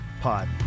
Pod